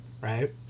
right